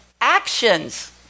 actions